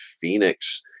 Phoenix